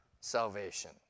salvation